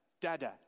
dada